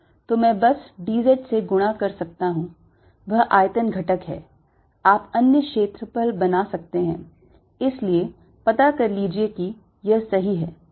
तो मैं बस dz से गुणा कर सकता हूं वह आयतन घटक है आप अन्य क्षेत्रफल बना सकते हैं इसलिए पता कर लीजिए कि यह सही है